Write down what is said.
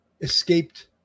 escaped